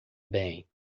bem